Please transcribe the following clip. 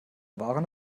waren